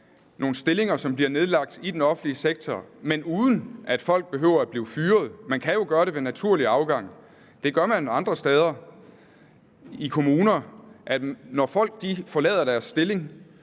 nogle stillinger, som bliver nedlagt i den offentlige sektor, men uden at folk behøver at blive fyret. Man kan jo gøre det ved naturlig afgang. Det gør man andre steder, f.eks. i kommuner: Når folk forlader deres stilling,